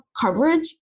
coverage